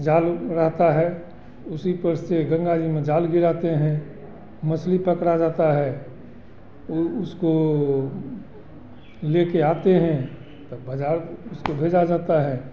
जाल रहता है उसी पर से गंगा जी में जाल गिराते हैं मछली पकड़ा जाता है उ उसको लेके आते हैं तो बज़ार उसको भेजा जाता है